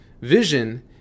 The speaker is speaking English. Vision